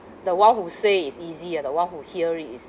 the one who say is easy ah the one who hear it is